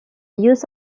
use